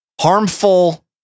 harmful